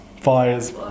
Fires